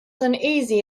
uneasy